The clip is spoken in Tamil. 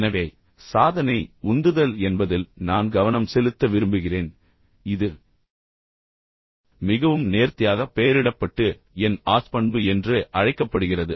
எனவே சாதனை உந்துதல் என்பதில் நான் கவனம் செலுத்த விரும்புகிறேன் இது மிகவும் நேர்த்தியாக பெயரிடப்பட்டு என் ஆச் பண்பு என்று அழைக்கப்படுகிறது